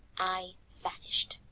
i vanished.